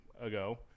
ago